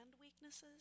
weaknesses